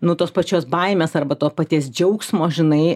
nu tos pačios baimės arba to paties džiaugsmo žinai